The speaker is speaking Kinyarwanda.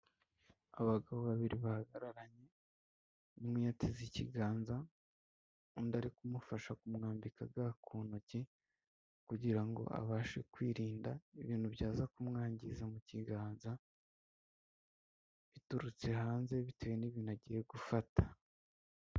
Abagabo babiri bahagararanye; umwe yateze ikiganza undi ari kumufasha kumwambika ga ku ntoki, kugira ngo abashe kwirinda ibintu byaza kumwangiza mu kiganza, biturutse hanze bitewe n'ibintu agiye gufata.